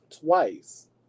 twice